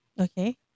Okay